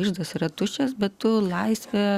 iždas yra tuščias bet tu laisvė